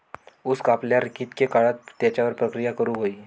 ऊस कापल्यार कितके काळात त्याच्यार प्रक्रिया करू होई?